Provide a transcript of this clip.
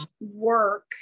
work